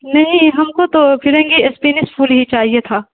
نہیں ہم کو تو فرنگی اسپینس پھول ہی چاہیے تھا